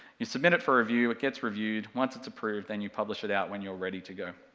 you submit it for review, it gets reviewed, once it's approved, then you publish it out when you're ready to go.